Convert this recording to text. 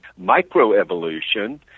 Microevolution